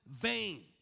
vain